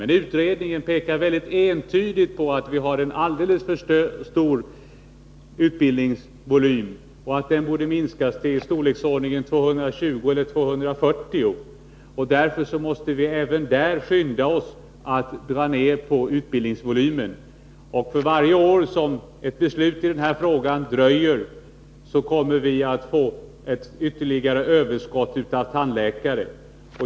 Men utredningen pekar mycket entydigt på att vi har en alldeles för stor utbildningsvolym och att den borde minskas till i storleksordningen 220 eller 240 antagna per år. Därför måste vi även där skynda oss att dra ner på utbildningsvolymen. För varje år ett beslut i frågan dröjer kommer vi att få ett ytterligare överskott av tandläkare.